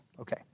Okay